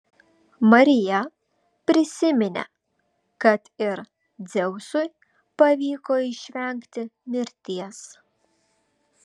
marija prisiminė kad ir dzeusui pavyko išvengti mirties